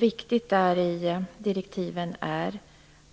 Viktigt i direktiven är